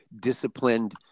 disciplined